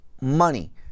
money